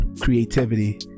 creativity